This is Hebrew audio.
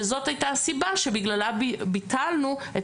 וזאת הייתה הסיבה שבגללה ביטלנו את